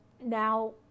now